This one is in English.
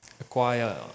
acquire